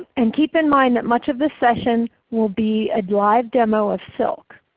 and keep in mind that much of this session will be a live demo of silk.